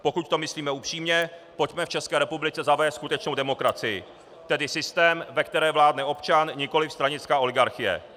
Pokud to myslíme upřímně, pojďme v České republice zavést skutečnou demokracii, tedy systém, ve kterém vládne občan, nikoli stranická oligarchie.